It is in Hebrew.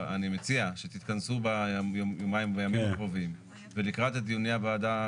אני מציע שתתכנסו ביומיים הקרובים ולקראת דיוני הוועדה,